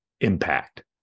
impact